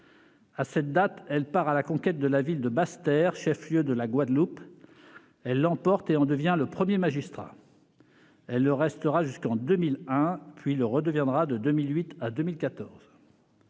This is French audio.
À cette date, elle part à la conquête de la ville de Basse-Terre, chef-lieu de la Guadeloupe. Elle l'emporte et en devient le premier magistrat. Elle le restera jusqu'en 2001, puis le redeviendra de 2008 à 2014.